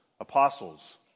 Apostles